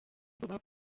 ubwoba